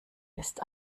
ist